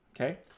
Okay